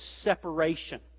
separation